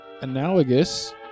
analogous